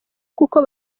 kuko